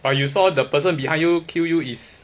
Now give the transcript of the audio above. but you saw the person behind you kill you is